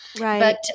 Right